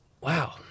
wow